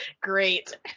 Great